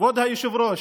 כבוד היושב-ראש,